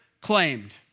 claimed